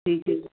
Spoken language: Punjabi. ਠੀਕ ਹੈ ਜੀ